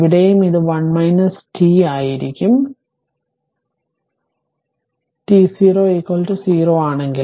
ഇവിടെയും ഇത് 1 t ആയിരിക്കും t0 0 ആണെങ്കിൽ